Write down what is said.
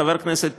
חבר הכנסת טיבי,